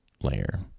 layer